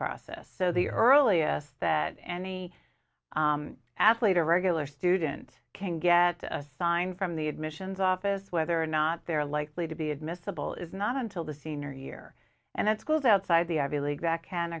process so the earliest that any athlete or regular student can get a sign from the admissions office whether or not they're likely to be admissable is not until the senior year and at schools outside the ivy league that can